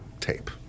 tape